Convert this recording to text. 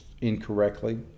incorrectly